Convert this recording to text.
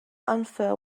unfair